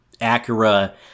Acura